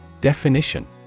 Definition